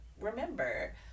remember